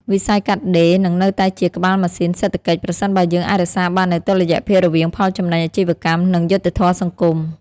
វិស័យកាត់ដេរនឹងនៅតែជាក្បាលម៉ាស៊ីនសេដ្ឋកិច្ច ប្រសិនបើយើងអាចរក្សាបាននូវតុល្យភាពរវាងផលចំណេញអាជីវកម្ម និងយុត្តិធម៌សង្គម។